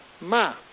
ma